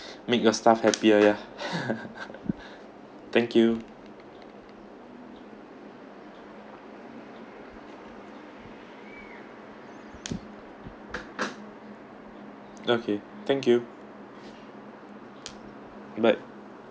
make your staff happier ya thank you okay thank you but